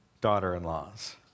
daughter-in-laws